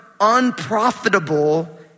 unprofitable